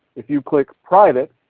if you click private,